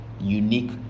unique